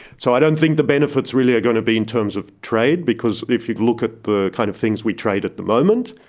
so i don't think the benefits really are going to be in terms of trade because if you look at the kind of things we trade at the moment,